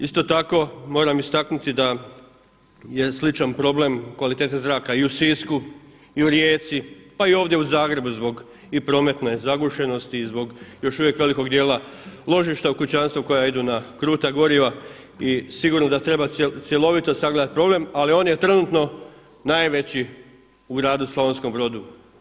Isto tako moram istaknuti da je sličan problem kvalitete zraka i u Sisku i u Rijeci pa i ovdje u Zagrebu zbog prometne zagušenosti i zbog još uvijek veliko dijela ložišta u kućanstvu koja idu na kruta goriva i sigurno da treba cjelovito sagledati problem, ali on je trenutno najveći u gradu Slavonskom Brodu.